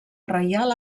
reial